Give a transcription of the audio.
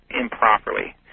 improperly